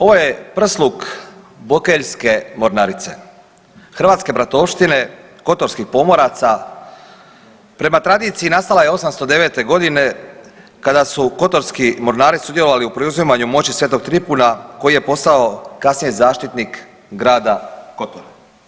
Ovo je prsluk Bokeljske mornarice, Hrvatske bratovšine kotorskih pomoraca prema tradiciji nastala je 809. g. kada su kotorski mornari sudjelovali u preuzimanju moći sv. Tripuna koji je postao kasnije zaštitnik grada Kotora.